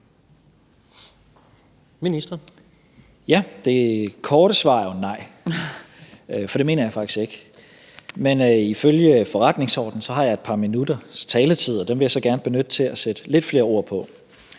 Det korte svar er nej. For det mener jeg faktisk ikke. Men ifølge forretningsordenen har jeg et par minutters taletid, og dem vil jeg så gerne benytte til at sætte lidt flere ord på